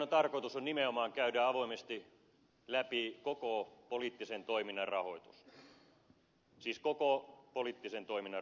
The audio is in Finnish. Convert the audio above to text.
tiedonannon tarkoitus on nimenomaan käydä avoimesti läpi koko poliittisen toiminnan rahoitus siis koko poliittisen toiminnan rahoitus